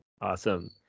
awesome